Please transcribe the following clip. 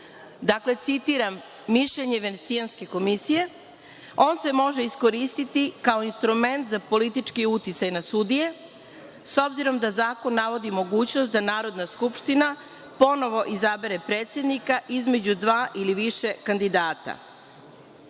Dakle, citiram mišljenje Venecijanske komisije – on se može iskoristiti kao instrument za politički uticaj na sudije s obzirom da zakon navodi mogućnost da Narodna skupština ponovo izabere predsednika između dva ili više